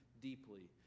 deeply